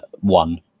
One